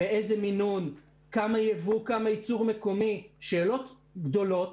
באיזה מינון וכמה ייבוא וכמה ייצור מקומי אלה שאלות גדולות